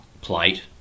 plate